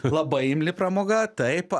labai imli pramoga taip